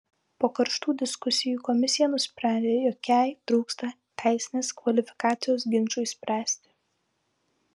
po karštų diskusijų komisija nusprendė jog jai trūksta teisinės kvalifikacijos ginčui spręsti